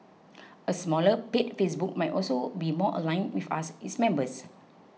a smaller paid Facebook might also be more aligned with us its members